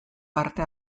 parte